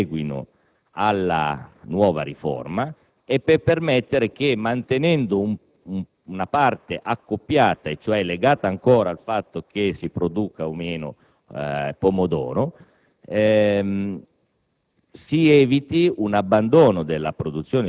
per permettere che gli agricoltori si adeguino alla nuova riforma e che, mantenendo una parte accoppiata (cioè ancora legata al fatto che si produca o meno pomodoro),